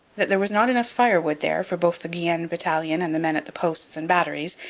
that there was not enough firewood there for both the guienne battalion and the men at the posts and batteries,